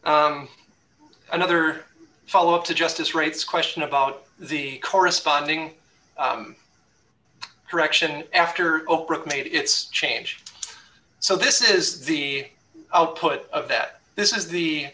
e another follow up to justice rates question about the corresponding correction after oprah made its change so this is the output of that this is the